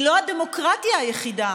היא לא הדמוקרטיה היחידה